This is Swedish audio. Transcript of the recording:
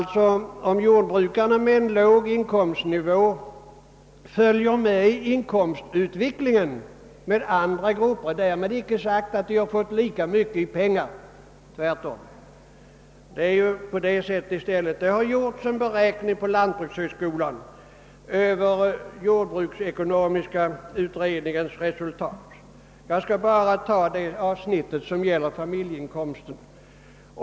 Om en jordbrukare med en låg inkomstnivå följer med inkomstutvecklingen för andra grupper är det därmed inte sagt att han får lika mycket i pengar — tvärtom. Det har gjorts en beräkning vid lantbrukshögskolan av jordbruksekonomiska undersökningens resultat — jag skall här bara beröra det avsnitt som gäller familjeinkomsten.